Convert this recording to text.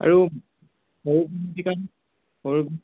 আৰু সৰু বিহুৱতীৰ কাৰণে সৰু